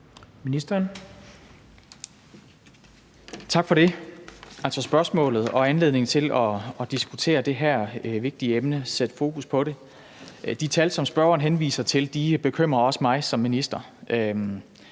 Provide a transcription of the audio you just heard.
Tak for spørgsmålet og anledningen til at diskutere det her vigtige emne og sætte fokus på det. De tal, som spørgeren henviser til, bekymrer også mig som minister.